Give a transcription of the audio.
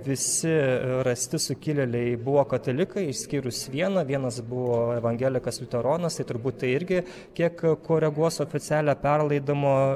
visi rasti sukilėliai buvo katalikai išskyrus vieną vienas buvo evangelikas liuteronas tai turbūt tai irgi kiek koreguos oficialią perlaidomo